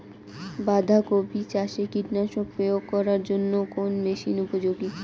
বাঁধা কপি চাষে কীটনাশক প্রয়োগ করার জন্য কোন মেশিন উপযোগী?